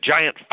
giant